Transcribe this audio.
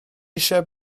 eisiau